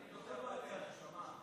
קיבלת הזמנה רשמית.